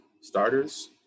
Starters